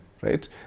Right